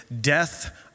Death